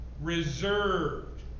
reserved